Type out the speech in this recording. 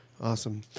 Awesome